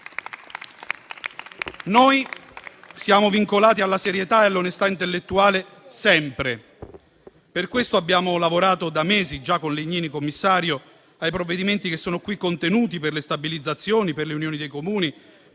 Noi siamo vincolati alla serietà e all'onestà intellettuale, sempre. Per questo abbiamo lavorato da mesi, già con il commissario Legnini, ai provvedimenti che sono qui contenuti, per le stabilizzazioni, per le Unioni dei Comuni,